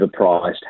overpriced